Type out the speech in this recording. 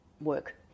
work